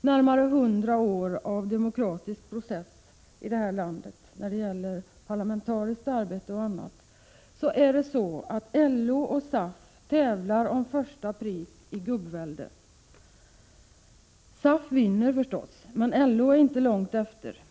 närmare 100 år av demokratisk process när det gäller t.ex. parlamentariskt arbete, tävlar LO och SAF om första pris i gubbvälde. SAF vinner förstås, men LO är inte långt efter.